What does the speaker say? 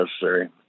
necessary